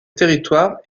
territoire